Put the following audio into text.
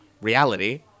reality